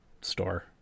store